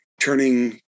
turning